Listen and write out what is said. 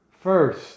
first